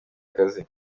akazi